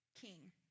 king